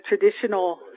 traditional